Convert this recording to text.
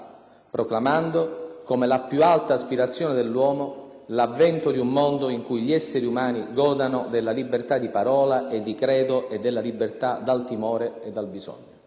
proclamando, come la più alta aspirazione dell'uomo, «l'avvento di un mondo in cui gli esseri umani godano della libertà di parola e di credo e della libertà dal timore e dal bisogno».